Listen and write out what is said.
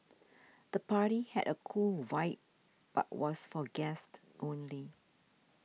the party had a cool vibe but was for guests only